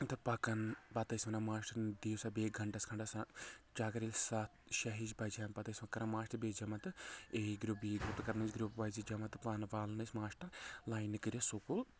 تہٕ پکان پتہٕ ٲسۍ ونان ماشٹر بِہِو سا بیٚیہِ گنٛٹس کھنڈس ہا اگرے ستھ شیٚے ہِش بجہِ ہن پتہٕ ٲسۍ کران ماشٹر بیٚہِ جمع تہٕ اے گروپ بی گروپ تہٕ کران ٲسۍ گروپ وایزٕے جمع تہٕ والان ٲسۍ ماشٹرلاینہِ کٔرتھ سکوٗل